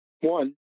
one